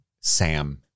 Sam